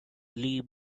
lee